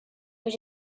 but